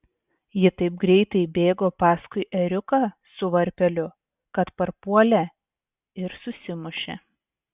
ji taip greitai bėgo paskui ėriuką su varpeliu kad parpuolė ir susimušė